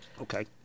Okay